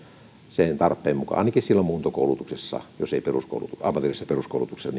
sen tarpeen mukaan ainakin silloin muuntokoulutuksessa jos ei ammatillisessa peruskoulutuksessa